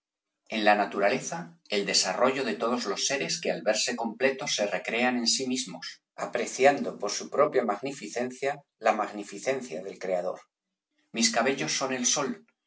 en la naturaleza el desarrollo de todos los seres que al verse completos se recrean en sí mismos apreciando por su propia magnificencia la magnificencia del creador mis cabellos son el sol